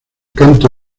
canto